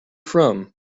from